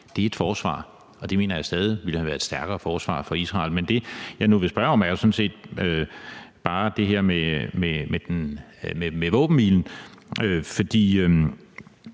Det er et forsvar, og det mener jeg stadig ville have været et stærkere forsvar for Israel. Men det, jeg nu vil spørge om, er jo sådan set bare det her med våbenhvilen,